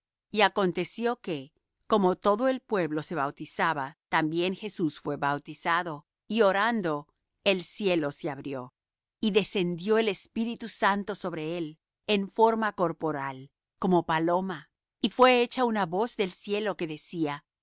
y aconteció que como todo el pueblo se bautizaba también jesús fué bautizado y orando el cielo se abrió y descendió el espíritu santo sobre él en forma corporal como paloma y fué hecha una voz del cielo que decía